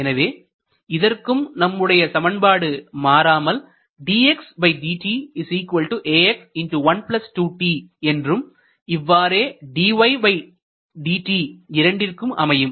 எனவே இதற்கும் நம்முடைய சமன்பாடு மாறாமல் என்றும் இவ்வாறே இரண்டிற்கும் அமையும்